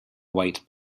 white